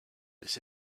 this